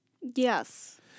Yes